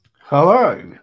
Hello